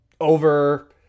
over